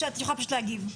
את יכולה פשוט להגיב.